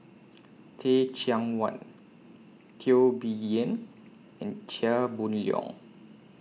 Teh Cheang Wan Teo Bee Yen and Chia Boon Leong